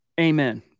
Amen